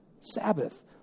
Sabbath